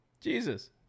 Jesus